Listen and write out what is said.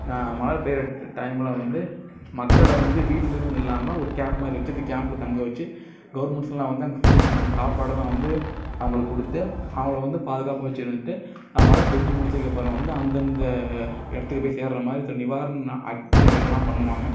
மழை பெய்யுற டைமில் வந்து மக்களை வந்து வீட்லன்னு இல்லாமல் ஒரு கேம்ப் மாதிரி வச்சு அந்த கேம்ப்பில் தங்க வச்சு கவர்மெண்ட்லாம் வந்து அந்த ஃபுட் சாப்பாடெல்லாம் வந்து அவங்களுக்கு கொடுத்து அவங்களை வந்து பாதுகாப்பாக வச்சு இருந்துட்டு மழை பேய்ஞ்சி முடுஞ்சதுக்கு அப்புறம் வந்து அந்தந்த இடத்துக்கு போய் சேர்கிற மாதிரி சில நிவாரண நடவடிக்கையெல்லாம் பண்ணுவாங்க